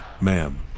ma'am